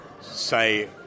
say